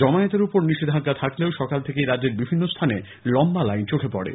জমায়েতের ওপর নিষেধাজ্ঞা থাকলেও সকাল থেকেই রাজ্যের বিভিন্ন স্থানে লম্বা লাইন চোখে পড়ে